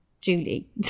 Julie